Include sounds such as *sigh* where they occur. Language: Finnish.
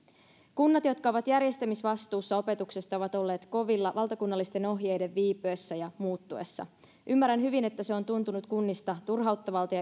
kunnat jotka ovat järjestämisvastuussa opetuksesta ovat olleet kovilla valtakunnallisten ohjeiden viipyessä ja muuttuessa ymmärrän hyvin että se on tuntunut kunnista turhauttavalta *unintelligible*